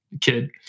kid